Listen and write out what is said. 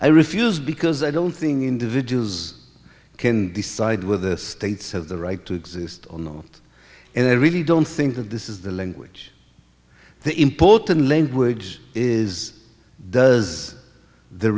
i refused because i don't thing individuals can decide whether the states has the right to exist or not and i really don't think that this is the language the important language is does the